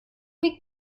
wiegt